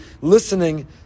listening